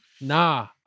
Nah